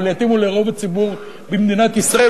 אבל יתאימו לרוב הציבור במדינת ישראל,